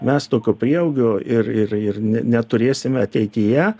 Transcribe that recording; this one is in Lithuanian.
mes tokio prieaugio ir ir ir ne neturėsime ateityje